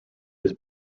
his